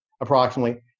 approximately